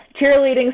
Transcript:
cheerleading